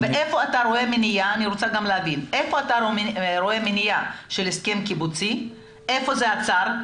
תאמר איפה אתה רוצה מניעה של הסכם קיבוצי ואיפה זה עצר.